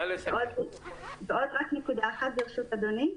רק עוד נקודה אחת, ברשות אדוני.